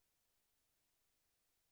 ואני סולח לך.